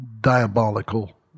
diabolical